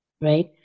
right